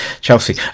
Chelsea